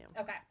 Okay